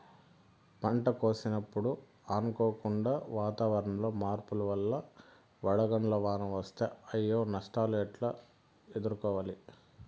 పంట కోసినప్పుడు అనుకోకుండా వాతావరణంలో మార్పుల వల్ల వడగండ్ల వాన వస్తే అయ్యే నష్టాలు ఎట్లా ఎదుర్కోవాలా?